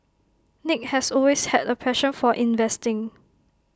nick has always had A passion for investing